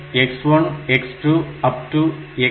Refer Slide Time 0803 இப்போது x1x2